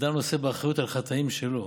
אדם נושא באחריות על חטאים שלו,